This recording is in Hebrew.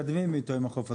מתקדמים עם חוף הטרפז.